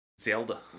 Zelda